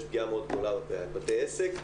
יש פגיעה מאוד גדולה בבתי עסק,